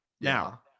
Now